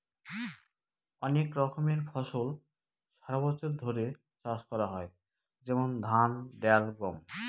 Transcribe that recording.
অনেক রকমের ফসল সারা বছর ধরে চাষ করা হয় যেমন ধান, ডাল, গম